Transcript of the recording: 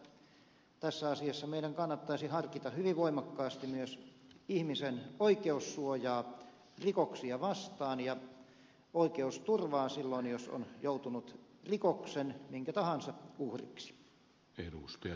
minä uskon että tässä asiassa meidän kannattaisi harkita hyvin voimakkaasti myös ihmisen oikeussuojaa rikoksia vastaan ja oikeusturvaa silloin jos on joutunut minkä tahansa rikoksen uhriksi